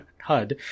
HUD